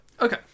Okay